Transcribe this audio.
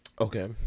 Okay